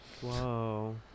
whoa